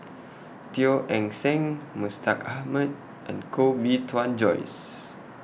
Teo Eng Seng Mustaq Ahmad and Koh Bee Tuan Joyce